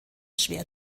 schwer